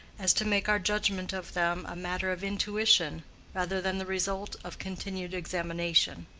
as to make our judgment of them a matter of intuition rather than the result of continued examination.